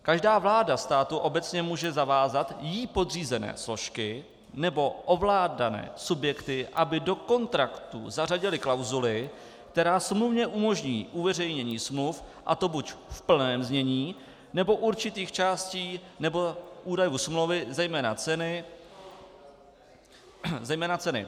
Každá vláda státu obecně může zavázat jí podřízené složky nebo ovládané subjekty, aby do kontraktů zařadily klauzuli, která smluvně umožní uveřejnění smluv, a to buď v plném znění, nebo určitých částí nebo údajů smlouvy, zejména ceny.